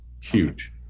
huge